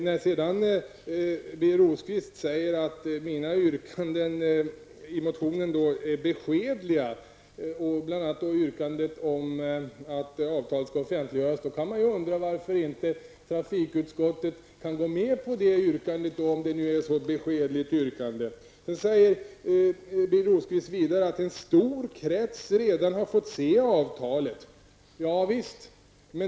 Birger Rosqvist säger att mina yrkanden i motionen är beskedliga, och det gäller då bl.a. yrkandet om att avtalet skall offentliggöras. Varför kunde då inte trafikutskottet ha gått med på detta yrkande om det nu är så beskedligt? Vidare säger Birger Rosqvist att en stor krets redan har fått se avtalet.